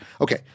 Okay